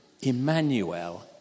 Emmanuel